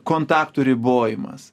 kontaktų ribojimas